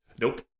Nope